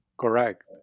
Correct